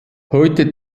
heute